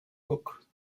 book